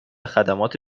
خدمات